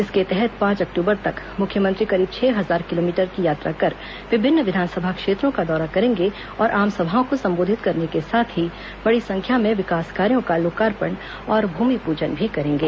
इसके तहत पांच अक्टूबर तक मुख्यमंत्री करीब छह हजार किलोमीटर की यात्रा कर विभिन्न विधानसभा क्षेत्रों का दौरा करेंगे और आम सभाओं को संबोधित करने के साथ ही बड़ी संख्या में विकास कार्यों का लोकार्पण और भूमिपूजन भी करेंगे